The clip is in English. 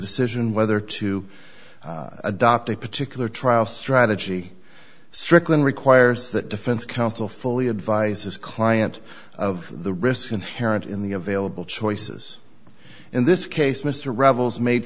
decision whether to adopt a particular trial strategy stricklin requires that defense counsel fully advise his client of the risks inherent in the available choices in this case mr revels made